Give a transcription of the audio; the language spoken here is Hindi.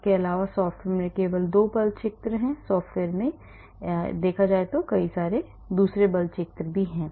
इसके अलावा इस सॉफ्टवेयर में केवल 2 बल क्षेत्र हैं सॉफ्टवेयर हैं जिनमें कई बल बल क्षेत्र हैं